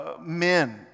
men